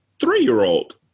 three-year-old